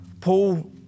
Paul